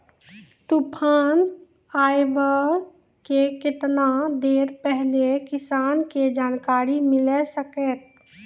तूफान आबय के केतना देर पहिले किसान के जानकारी मिले सकते?